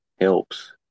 helps